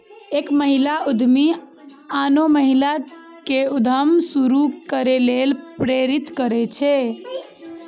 एक महिला उद्यमी आनो महिला कें उद्यम शुरू करै लेल प्रेरित करै छै